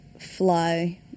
fly